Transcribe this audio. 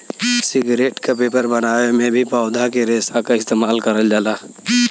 cigarette क paper बनावे में भी पौधा के रेशा क इस्तेमाल करल जाला